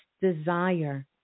desire